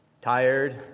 tired